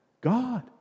God